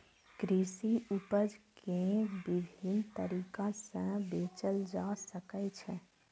कृषि उपज कें विभिन्न तरीका सं बेचल जा सकै छै